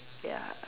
ya